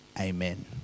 amen